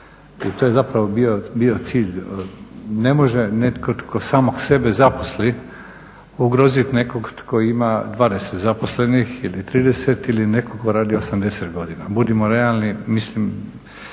to je zapravo bio cilj. Ne može netko tko samog sebe zaposli ugroziti nekog tko ima 20 zaposlenih ili 30 ili netko tko radi 80 godina. Budimo realni mislim